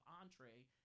entree